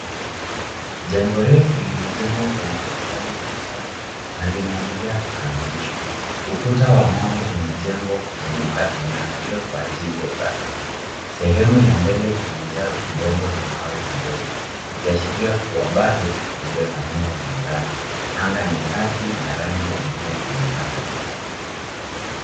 Jengo refu limejengwa kwa matofali ya kisasa na linaendelea kukamilishwa. Ukuta wa mawe umejengwa kuzunguka eneo hilo kwa ajili ya usalama. Sehemu ya mbele imejaa udongo na mawe madogo ikiashiria kuwa bado haijafanyiwa mandhari. Anga ni safi na rangi ya bluu imetanda juu.